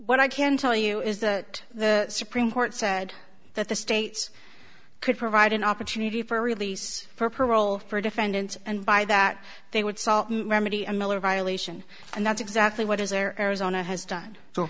what i can tell you is that the supreme court said that the states could provide an opportunity for release for parole for a defendant and by that they would salt remedy a miller violation and that's exactly what his or arizona has done so